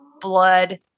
blood